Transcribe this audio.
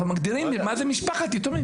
אנחנו מגדירים מה זה משפחת יתומים.